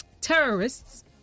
terrorists